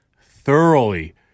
thoroughly